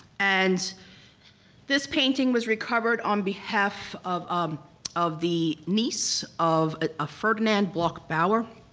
and this painting was recovered on behalf of um of the niece of ah ah ferdinand bloch-bauer.